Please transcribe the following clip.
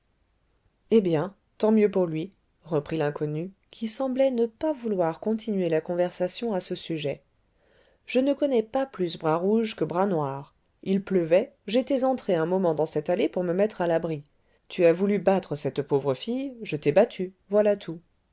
eh bien tant mieux pour lui reprit l'inconnu qui semblait ne pas vouloir continuer la conversation à ce sujet je ne connais pas plus bras rouge que bras noir il pleuvait j'étais entré un moment dans cette allée pour me mettre à l'abri tu as voulu battre cette pauvre fille je t'ai battu voilà tout